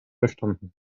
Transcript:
verstanden